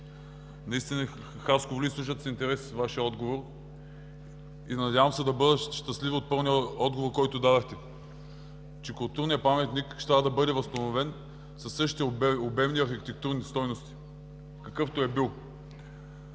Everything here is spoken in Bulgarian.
Наистина хасковлии слушат с интерес Вашият отговор и се надявам да бъдат щастливи от пълния отговор, който дадохте, че културният паметник ще трябва да бъде възстановен със същите обемни архитектурни стойности, какъвто е бил.